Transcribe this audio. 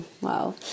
Wow